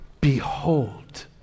Behold